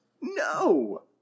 No